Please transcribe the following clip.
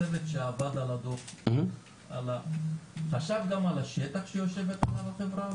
הצוות שעבד על הדוח חשב גם על השטח שהחברה יושבת עליו?